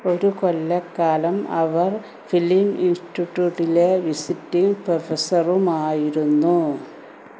ഒരു കൊല്ലക്കാലം അവർ ഫിലിം ഇൻസ്റ്റിറ്റൂട്ടിലെ വിസിറ്റിങ് പ്രൊഫസറുമായിരുന്നു